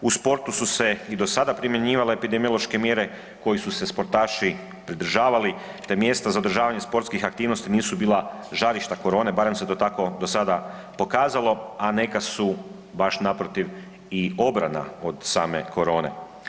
U sportu su se i do sada primjenjivale epidemiološke mjere kojih su se sportaši pridržavali te mjesta za održavanje sportskih aktivnosti nisu bila žarišta korone barem se to tako do sada pokazalo, a neka su baš naprotiv i obrana od same korone.